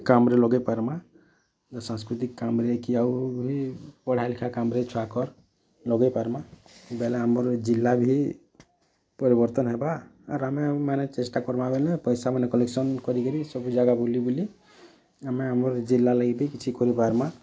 କାମ୍ରେ ଲଗେଇ ପାରମା ସାଂସ୍କୃତିକ୍ କାମ୍ରେ କି ଆଉ ବି ପଢ଼ାଲିଖା କାମରେ ଛୁଆକଁର୍ ଲଗାଇ ପାରମା ବେଲେ ଆମର୍ ଜିଲ୍ଲା ଭି ପରିବର୍ତ୍ତନ୍ ହେବା ଆର୍ ଆମେ ମାନେ ଚେଷ୍ଟା କରମା ବେଲେ ପଇସା ମାନେ କଲେକ୍ସନ୍ କରିକିରି ସବୁ ଜାଗା ବୁଲି ବୁଲି ଆମେ ଆମର୍ ଜିଲ୍ଲା ଲାଗି ବି କିଛି କରିପାରମା